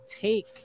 take